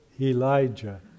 Elijah